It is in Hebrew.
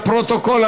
לפרוטוקול,